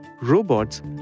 robots